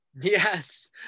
Yes